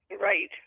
right